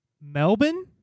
Melbourne